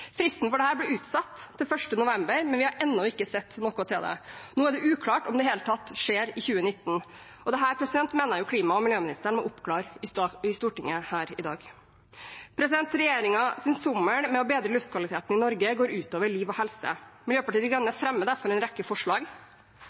Fristen for dette ble utsatt til 1. november, men vi har ennå ikke sett noe til det. Nå er det uklart om det i det hele tatt skjer i 2019, og dette mener jeg klima- og miljøministeren må oppklare i Stortinget her i dag. Regjeringens sommel med å bedre luftkvaliteten i Norge går ut over liv og helse. Miljøpartiet De Grønne fremmer derfor en rekke forslag